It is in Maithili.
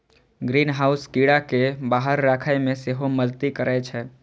ग्रीनहाउस कीड़ा कें बाहर राखै मे सेहो मदति करै छै